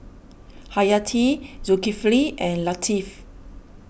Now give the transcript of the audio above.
Hayati Zulkifli and Latif